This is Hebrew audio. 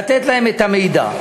לתת להם את המידע.